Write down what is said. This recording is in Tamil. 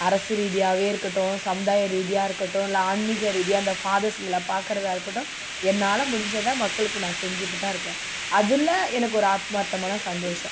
அரசு ரீதியாகவே இருக்கட்டும் சமுதாய ரீதியாக இருக்கட்டும் இல்லை ஆன்மீக ரீதியாக இந்த ஃபாதர்ஸுங்கள பாக்கிறதா இருக்கட்டும் என்னால் முடிஞ்சதை மக்களுக்கு நான் செஞ்சிகிட்டு தான் இருக்கேன் அதில் எனக்கு ஒரு ஆத்மார்த்தமான சந்தோஷம்